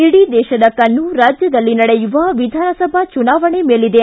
ಇಡೀ ದೇಶದ ಕಣ್ಣು ರಾಜ್ಯದಲ್ಲಿ ನಡೆಯುವ ವಿಧಾನಸಭಾ ಚುನಾವಣೆ ಮೇಲಿದೆ